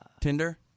Tinder